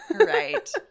Right